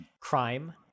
crime